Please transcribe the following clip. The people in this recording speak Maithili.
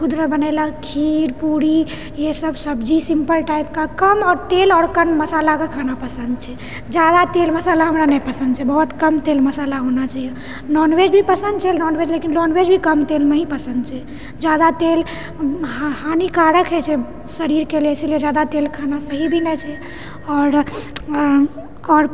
खुद रऽ बनायला खीर पूरी ये सब सब्जी सिम्पल टाइपके कम तेल आओर मसालाके खाना पसन्द छै जादा तेल मसाला हमरा नहि पसन्द छै बहुत कम तेल मसाला होना चाहिए नॉनवेज भी पसन्द छै नॉनवेज लेकिन नॉनवेज भी कम तेलमे ही पसन्द छै जादा तेल हानिकारक होइ छै शरीरके लेल इसलिए जादा तेल खाना सही भी नहि छै आओर आओर